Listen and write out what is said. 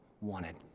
wanted